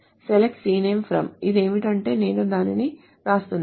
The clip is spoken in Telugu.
select cname from ఇది ఏమిటంటే నేను దానిని వ్రాస్తున్నాను